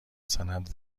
سند